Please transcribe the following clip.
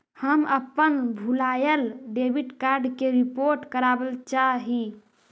हम अपन भूलायल डेबिट कार्ड के रिपोर्ट करावल चाह ही